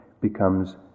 becomes